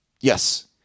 Yes